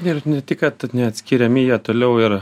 ir ne tik kad neatskiriami jie toliau ir